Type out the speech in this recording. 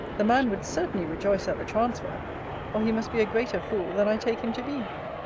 the man would certainly rejoice at the transfer or he must be a greater fool than i take him to be.